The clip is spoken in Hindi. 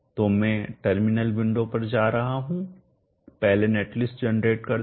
तो मैं टर्मिनल विंडो पर जा रहा हूं पहले नेट लिस्ट जेनरेट करते है